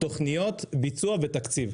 תוכניות ביצוע ותקציב.